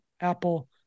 Apple